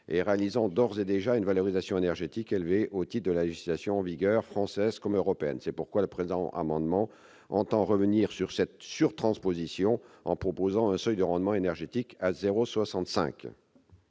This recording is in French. et réalisant d'ores et déjà une valorisation énergétique élevée au titre de la législation en vigueur, française comme européenne. C'est pourquoi le présent amendement entend revenir sur cette surtransposition, en prévoyant un seuil de rendement énergétique à 0,65.